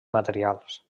materials